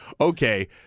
okay